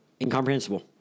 Incomprehensible